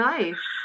Nice